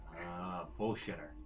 bullshitter